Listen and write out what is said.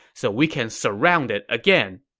so we can surround it again.